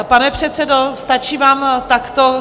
Pane předsedo, stačí vám takto?